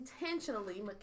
intentionally